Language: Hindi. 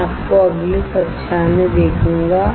मैं आपको अगली कक्षा में देखूंगा